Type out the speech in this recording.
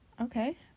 Okay